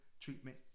treatment